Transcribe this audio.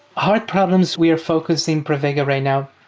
hard problems we are focused in pravega right now?